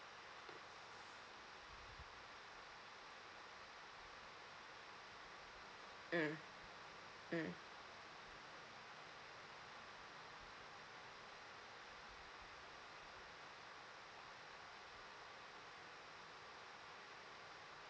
mm mm mm mm